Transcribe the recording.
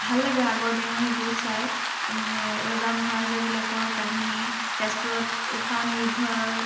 ভাল লাগে আগৰ দিনৰ সেইবোৰ চাই আৰু মানে ৰজা মহাৰজাবিলাকৰ কাহিনী তেজপুৰত উষা অনিৰুদ্ধৰ